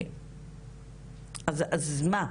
אז מה,